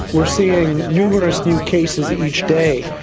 we are seeing numerous new cases each day.